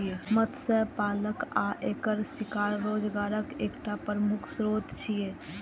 मत्स्य पालन आ एकर शिकार रोजगारक एकटा प्रमुख स्रोत छियै